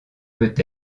peut